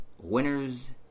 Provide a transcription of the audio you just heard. winners